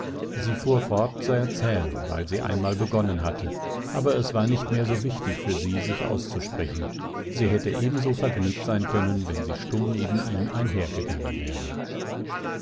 sie fuhr fort zu erzählen weil sie einmal begonnen hatte aber es war nicht mehr so wichtig für sie sich auszusprechen sie hätte ebenso vergnügt sein können wenn sie stumm neben ihm einhergegangen wäre